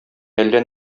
әллә